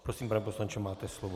Prosím, pane poslanče, máte slovo.